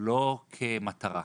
לא כמטרה,